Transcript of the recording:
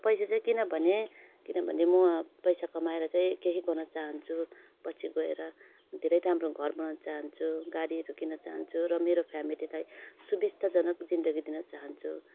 र पैसा चाहिँ किनभने किनभने म पैसा कमाएर चाहिँ केही गर्न चाहन्छु पछि गएर धेरै राम्रो घर बनाउनु चाहन्छु गाडीहरू किन्न चाहन्छु र मेरो फ्यामिलीलाई सुबिस्ताजनक जिन्दगी दिन चाहन्छु